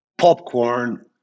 popcorn